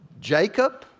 Jacob